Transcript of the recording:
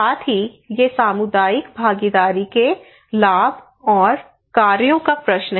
साथ ही ये सामुदायिक भागीदारी के लाभ और कार्यों का प्रश्न